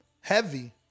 heavy